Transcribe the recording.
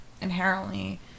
inherently